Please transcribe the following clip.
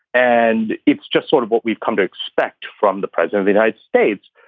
and it's just sort of what we've come to expect from the president, the united states.